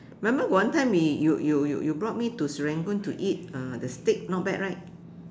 remember got one time we you you you brought me to Serangoon to eat uh the steak not bad right